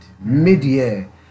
mid-year